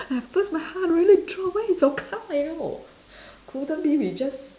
at first my heart really drop where is your car you know couldn't be we just